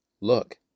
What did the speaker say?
Look